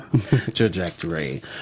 Trajectory